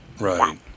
Right